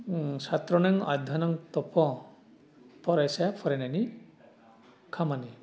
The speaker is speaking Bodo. सात्रनों आद्दनों थफा फरायसाया फरायनायनि खामानि